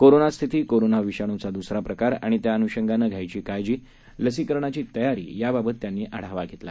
कोरोनास्थिती कोरोनाविषाण्चाद्सराप्रकारआणित्याअन्षंगानंघ्यावयाचीकाळजी लसीकरणाचीतयारीआदीबाबतत्यांनीआढावाघेतला